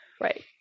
Right